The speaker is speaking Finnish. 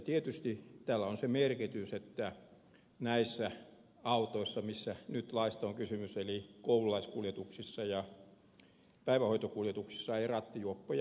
tietysti tällä on se merkitys että näissä autoissa mistä nyt laissa on kysymys eli koululaiskuljetuksissa ja päivähoitokuljetuksissa ei rattijuoppoja olisi